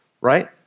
right